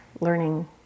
learning